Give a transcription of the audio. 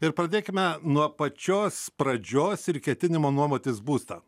ir pradėkime nuo pačios pradžios ir ketinimo nuomotis būstą